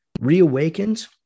reawakened